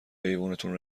ایوونتون